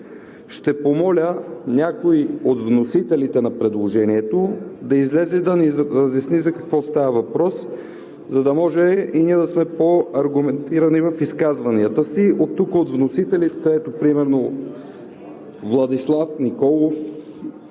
Ще помоля някой от вносителите на предложението да излезе да ни разясни за какво става въпрос, за да може и ние да сме по-аргументирани в изказванията си. От вносителите например Владислав Николов,